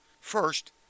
First